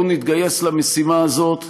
בואו נתגייס למשימה הזאת.